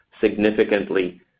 significantly